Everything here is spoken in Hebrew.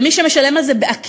ומי שמשלם על זה בעקיפין